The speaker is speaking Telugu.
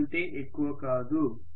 అంతకంటే ఎక్కువ కాదు